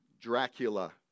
Dracula